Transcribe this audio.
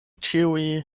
ĉiuj